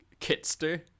Kitster